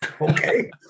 Okay